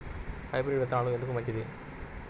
Hybrid విత్తనాలు ఎందుకు మంచిది?